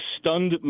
stunned